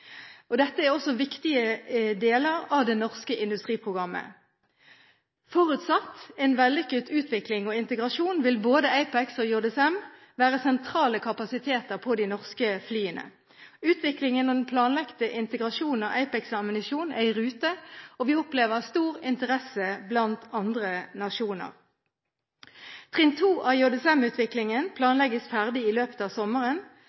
teknologi. Dette er også viktige deler av det norske industriprogrammet. Forutsatt en vellykket utvikling og integrasjon vil både APEX og JSM være sentrale kapasiteter på de norske flyene. Utviklingen og den planlagte integrasjonen av APEX-ammunisjon er i rute, og vi opplever stor interesse blant andre nasjoner. Trinn 2 av JSM-utviklingen planlegges ferdig i løpet av sommeren.